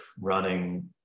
running